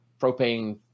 propane